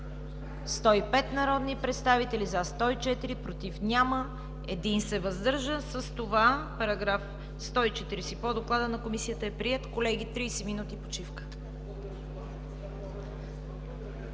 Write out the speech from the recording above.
105 народни представители: за 104, против няма, въздържал се 1. С това § 140 по Доклада на Комисията е приет. Колеги, 30 минути почивка.